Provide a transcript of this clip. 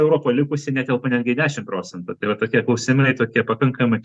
europa likusi netelpa netgi į dešim procentų tai va tokie klausimai tokie pakankamai